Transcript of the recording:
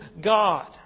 God